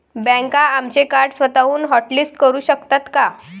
बँका आमचे कार्ड स्वतःहून हॉटलिस्ट करू शकतात का?